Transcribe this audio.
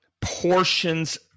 portions